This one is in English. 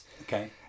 Okay